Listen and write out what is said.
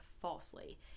falsely